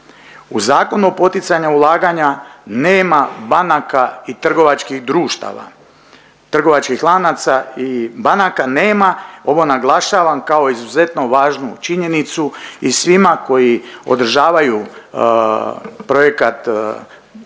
U Zakonu o poticanju ulaganja nema banaka i trgovačkih društava, trgovačkih lanaca i banaka nema. Ovo naglašavam kao izuzetno važnu činjenicu i svima koji održavaju projekat